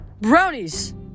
Brownies